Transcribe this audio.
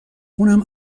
اونم